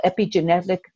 epigenetic